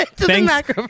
thanks